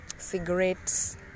cigarettes